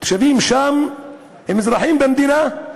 התושבים שם הם אזרחים במדינה,